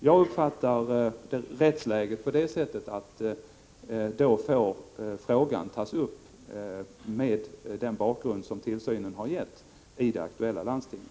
Jag uppfattar rättsläget på det sättet att frågan då, med den bakgrund som tillsynen har gett, får tas upp i det aktuella landstinget.